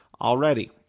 already